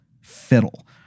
fiddle